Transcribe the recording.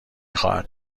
خواهد